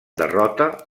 derrota